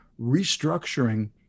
restructuring